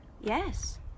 Yes